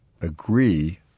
agree